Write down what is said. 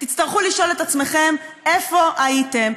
תצטרכו לשאול את עצמכם איפה הייתם,